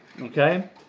okay